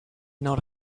not